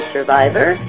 Survivor